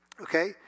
Okay